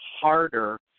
harder